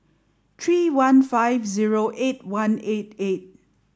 three one five zero eight one eight eight